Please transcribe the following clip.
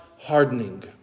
hardening